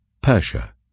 Persia